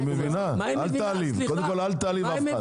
היא מבינה, אל תעליב אף אחד.